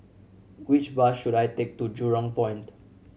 which bus should I take to Jurong Point